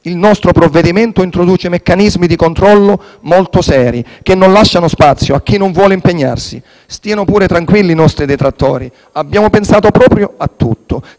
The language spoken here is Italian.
Il nostro provvedimento introduce meccanismi di controllo molto seri che non lasciano spazio a chi non vuole impegnarsi. Stiano pure tranquilli i nostri detrattori; abbiamo pensato proprio a tutto.